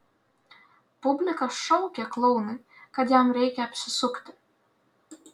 publika šaukė klounui kad jam reikia apsisukti